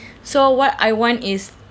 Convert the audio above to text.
so what I want is